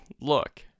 look